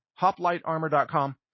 hoplitearmor.com